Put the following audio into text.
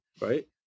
Right